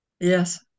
Yes